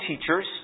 teachers